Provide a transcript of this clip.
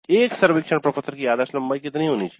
एक सर्वेक्षण प्रपत्र की आदर्श लंबाई कितनी होनी चाहिए